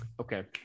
okay